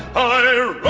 oh